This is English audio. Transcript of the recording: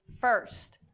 first